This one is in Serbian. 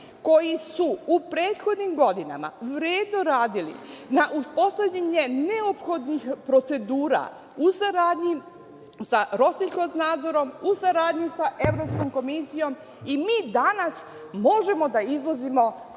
koji su u prethodnim godinama vredno radili na uspostavljanju neophodnih procedura u saradnji sa Evropskom komisijom i mi danas možemo da izvozimo